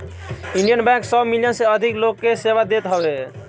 Indian Bank सौ million से अधिक लोग के सेवा देत हवे